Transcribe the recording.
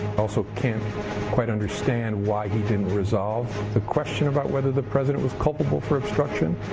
also can't quite understand why he didn't resolve the question about whether the president was culpable for obstruction.